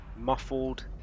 muffled